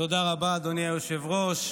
תודה רבה, אדוני היושב-ראש.